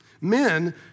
Men